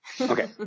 Okay